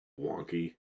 wonky